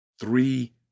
three